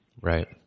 Right